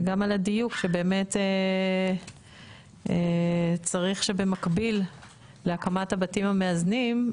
וגם על הדיוק שבאמת צריך שבמקביל להקמת הבתים המאזנים,